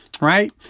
Right